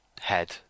head